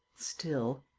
still,